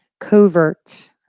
covert